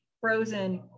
frozen